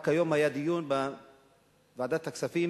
רק היום היה דיון בוועדת הכספים,